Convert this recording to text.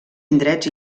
indrets